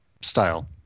style